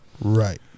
Right